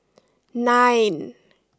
nine